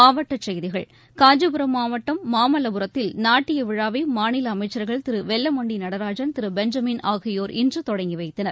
மாவட்டச் செய்திகள் காஞ்சிபுரம் மாவட்டம் மாமல்லபுரத்தில் நாட்டியவிழாவைமாநிலஅமைச்சர்கள் திருவெல்லமண்டிநடராஜன் திருபெஞ்சமின் ஆகியோர் இன்றுதொடங்கிவைத்தனர்